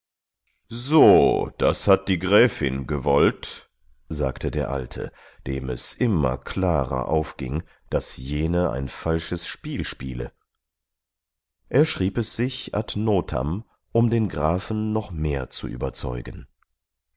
so das hat die gräfin gewollt sagte der alte dem es immer klarer aufging daß jene ein falsches spiel spiele er schrieb es sich ad notam um den grafen noch mehr zu überzeugen